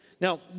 Now